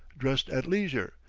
dressed at leisure,